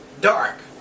dark